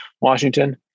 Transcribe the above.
Washington